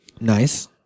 Nice